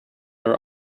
are